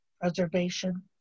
preservation